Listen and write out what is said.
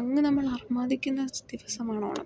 അങ്ങനെ നമ്മൾ അർമാദിക്കുന്ന ദിവസമാണ് ഓണം